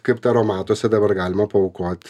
kaip taromatuose dabar galima paaukot